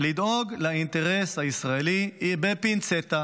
לדאוג לאינטרס הישראלי בפינצטה,